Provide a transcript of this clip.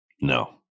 No